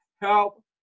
help